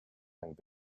and